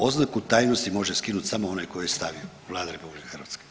Oznaku tajnosti može skinuti samo onaj tko ju je stavio, Vlada RH.